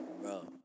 bro